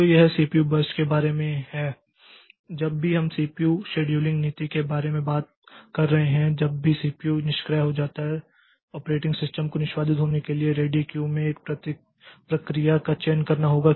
तो यह CPU burst के बारे में है जब भी हम सीपीयू शेड्यूलिंग नीति के बारे में बात कर रहे हैं जब भी सीपीयू निष्क्रिय हो जाता है ऑपरेटिंग सिस्टम को निष्पादित होने के लिए रेडी क्यू में एक प्रक्रिया का चयन करना होगा